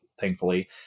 thankfully